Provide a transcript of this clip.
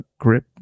Grip